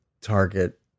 Target